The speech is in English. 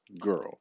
girl